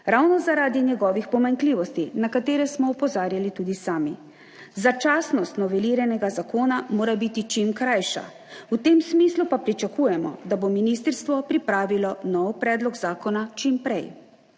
ravno zaradi njegovih pomanjkljivosti, na katere smo opozarjali tudi sami. Začasnost noveliranega zakona mora biti čim krajša, v tem smislu pa pričakujemo, da bo ministrstvo pripravilo nov predlog zakona čim prej,